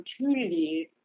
opportunities